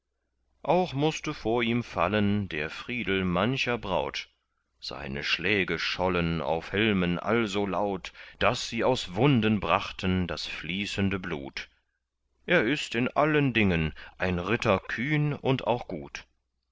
auch mußte vor ihm fallen der friedel mancher braut seine schläge schollen auf helmen also laut daß sie aus wunden brachten das fließende blut er ist in allen dingen ein ritter kühn und auch gut